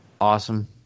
Awesome